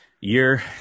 year